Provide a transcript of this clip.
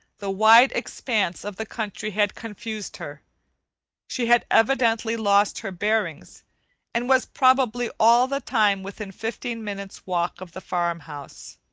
the wide expanse of the country had confused her she had evidently lost her bearings and was probably all the time within fifteen minutes' walk of the farm-house.